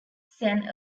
saint